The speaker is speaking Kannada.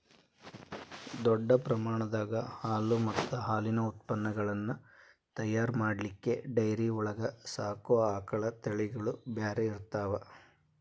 ದೊಡ್ಡ ಪ್ರಮಾಣದಾಗ ಹಾಲು ಮತ್ತ್ ಹಾಲಿನ ಉತ್ಪನಗಳನ್ನ ತಯಾರ್ ಮಾಡ್ಲಿಕ್ಕೆ ಡೈರಿ ಒಳಗ್ ಸಾಕೋ ಆಕಳ ತಳಿಗಳು ಬ್ಯಾರೆ ಇರ್ತಾವ